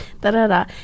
da-da-da